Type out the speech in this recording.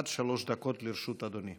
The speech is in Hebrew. עד שלוש דקות לרשות אדוני.